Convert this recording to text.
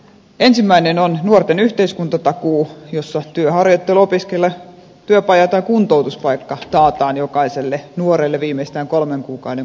ensimmäinen on nuorten yhteiskuntatakuu jossa työharjoittelu opiskelu työpaja tai kuntoutuspaikka taataan jokaiselle nuorelle viimeistään kolmen kuukauden kuluessa